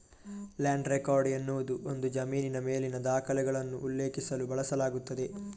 land record ಎನ್ನುವುದು ಒಂದು ಜಮೀನಿನ ಮೇಲಿನ ದಾಖಲೆಗಳನ್ನು ಉಲ್ಲೇಖಿಸಲು ಬಳಸಲಾಗುತ್ತದೆ